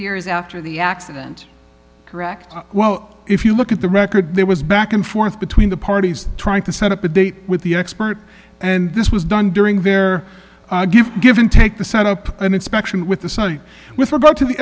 years after the accident correct well if you look at the record there was back and forth between the parties trying to set up a date with the expert and this was done during their give give and take the set up an inspection with the study with regard to the